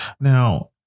Now